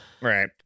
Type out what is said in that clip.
Right